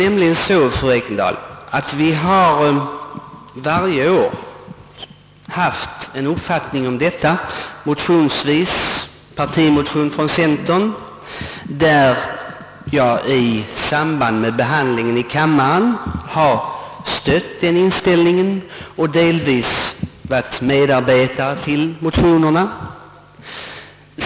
Centern har varje år i partimotioner framfört sin uppfattning i denna fråga. Vid behandlingen i kammaren har jag stött centerns motioner, och jag har i någon mån också varit medförfattare till dessa.